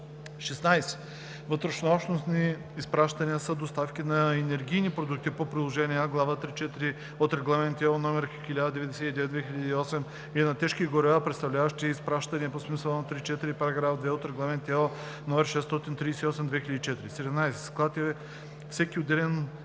16. „Вътрешнообщностни изпращания“ са доставки на енергийни продукти по приложение А, глава 3.4 от Регламент (ЕО) № 1099/2008 и на тежки горива, представляващи изпращания по смисъла на чл. 3, параграф 2 от Регламент (ЕО) № 638/2004. 17. „Склад“ е всеки отделен